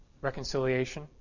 reconciliation